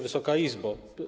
Wysoka Izbo!